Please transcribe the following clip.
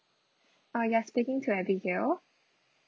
uh you're speaking to abigail